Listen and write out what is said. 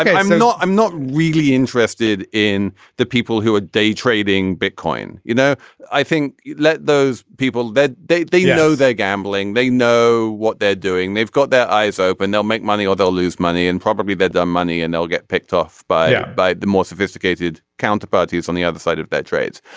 i'm not i'm not really interested in the people who had day trading bitcoin you know i think let those people that they they know they're gambling they know what they're doing they've got their eyes open they'll make money or they'll lose money and probably that the um money and they'll get picked off by ah by the more sophisticated counterparty is on the other side of that trades.